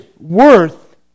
worth